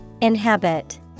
Inhabit